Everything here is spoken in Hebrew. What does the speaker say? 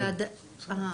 אני אחליט לו איפה הוא יהיה?